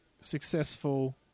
successful